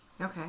Okay